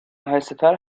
آهستهتر